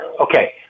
Okay